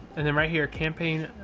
and then right here, campaign,